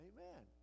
Amen